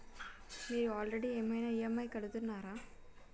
మీరు ఆల్రెడీ ఏమైనా ఈ.ఎమ్.ఐ కడుతున్నారా?